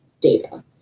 data